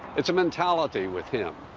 it's a mentality with him,